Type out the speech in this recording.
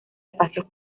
espacios